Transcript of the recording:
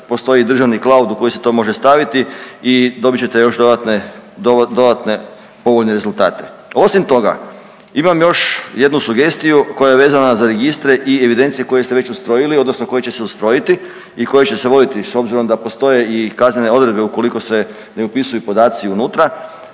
postoji državni cloud u koji se to može staviti i dobit ćete još dodatne, dodatne povoljne rezultate. Osim toga imam još jednu sugestiju koja je vezana za registre i evidencije koje ste već ustrojili odnosno koje će se ustrojiti i koje će se voditi s obzirom da postoje i kaznene odredbe ukoliko se ne upisuju podaci unutra